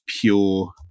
pure